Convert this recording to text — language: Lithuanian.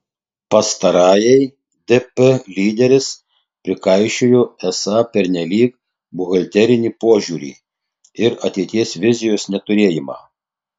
pastarajai dp lyderis prikaišiojo esą pernelyg buhalterinį požiūrį ir ateities vizijos neturėjimą